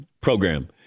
program